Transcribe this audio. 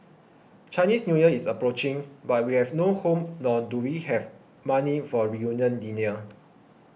Chinese New Year is approaching but we have no home nor do we have money for a reunion dinner